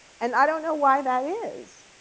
and i don't know why that is,